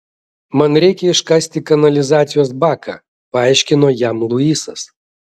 man reikia iškasti kanalizacijos baką paaiškino jam luisas